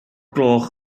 gloch